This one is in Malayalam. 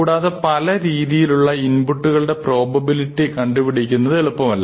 കൂടാതെ പല രീതിയിലുള്ള ഇൻപുട്ട്കളുടെ പ്രോബബിലിറ്റി കണ്ടുപിടിക്കുന്നത് എളുപ്പമല്ല